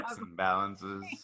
balances